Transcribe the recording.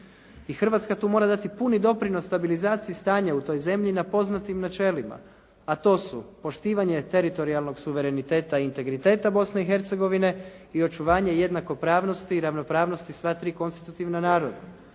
i Hrvatska tu mora dati puni doprinos stabilizaciji stanja u toj zemlji na poznatim načelima, a to su poštivanje teritorijalnog suvereniteta i integriteta Bosne i Hercegovine i očuvanje jednakopravnosti i ravnopravnosti sva tri konstitutivna naroda